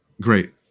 Great